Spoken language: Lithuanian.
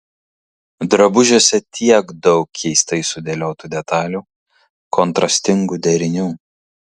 drabužiuose tiek daug keistai sudėliotų detalių kontrastingų derinių